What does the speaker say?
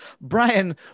Brian